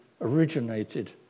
originated